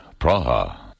Praha